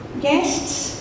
guests